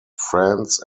france